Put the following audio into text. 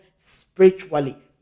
spiritually